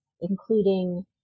including